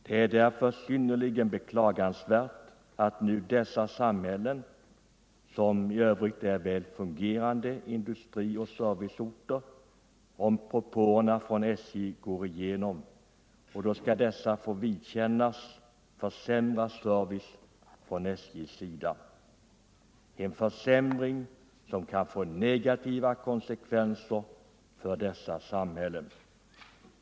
Det är därför synnerligen beklagansvärt att dessa samhällen, som i övrigt är väl fungerande industrioch serviceorter, får vidkännas försämrad service från SJ:s sida, om propåerna från SJ går igenom. En sådan försämring kan få negativa konsekvenser för dessa samhällen.